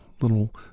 little